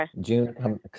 June